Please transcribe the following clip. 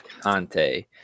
Conte